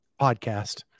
podcast